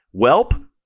Welp